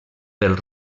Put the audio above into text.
pel